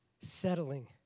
settling